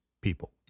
people